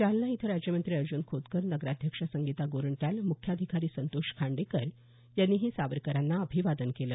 जालना इथं राज्यमंत्री अर्जून खोतकर नगराध्यक्षा संगीता गोरंट्याल मुख्याधिकारी संतोष खांडेकर यांनीही सावरकरांना अभिवादन केलं